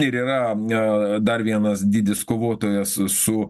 ir yra ne dar vienas didis kovotojas su